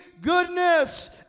goodness